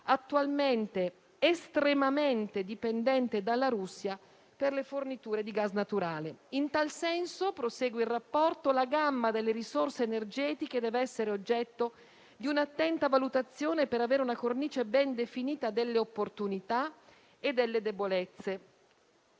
attuale estremamente dipendente dalla Russia per le forniture di gas naturale. «In tal senso,» - prosegue il rapporto - «la gamma delle risorse energetiche deve essere oggetto di un'attenta valutazione per avere una cornice ben definita delle opportunità e delle debolezze».